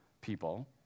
people